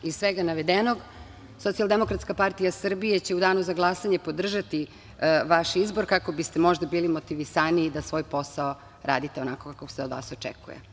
Iz svega navedenog, Socijaldemokratska partija Srbije će u danu za glasanje podržati vaš izbor, kako biste možda bili motivisaniji da svoj posao radite onako kako se od vas očekuje.